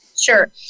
Sure